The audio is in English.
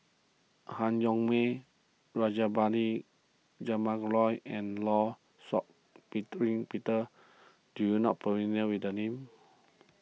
Han Yong May Rajabali Jumabhoy and Law Shau Peter do you not familiar with the names